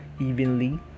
evenly